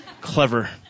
clever